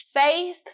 faith